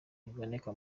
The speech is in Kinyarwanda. biboneka